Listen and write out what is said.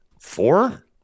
Four